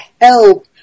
help